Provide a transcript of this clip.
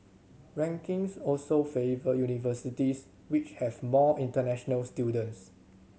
rankings also favour universities which have more international students